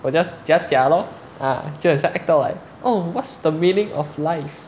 我 just 假假咯啊就很像 actor [what] oh what's the meaning of life